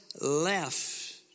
left